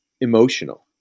emotional